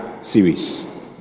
series